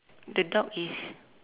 the dog is